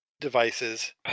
devices